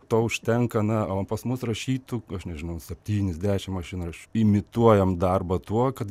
to užtenka na o pas mus rašytų aš nežinau septynis dešim mašinraščių imituojam darbą tuo kad